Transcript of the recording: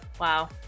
wow